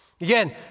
Again